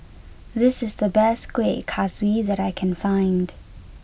this is the best Kueh Kaswi that I can find